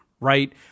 right